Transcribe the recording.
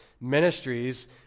ministries